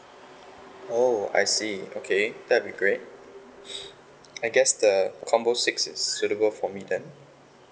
oh I see okay that'll be great I guess the combo six is suitable for me then